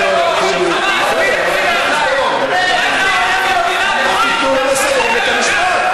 תנו לו לסיים את המשפט.